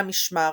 "על המשמר"